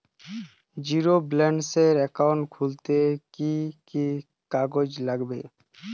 Zero ব্যালেন্সের account খুলতে কি কি কাগজ লাগবে?